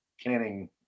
canning